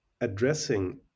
addressing